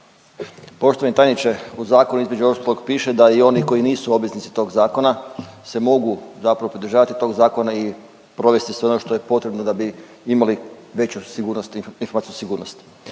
Poštovani tajniče, u zakonu između ostalog piše da i oni koji nisu obveznici tog zakona se mogu zapravo pridržavati tog zakona i provesti sve ono što je potrebno da bi imali veću sigurnost informacijsku sigurnost.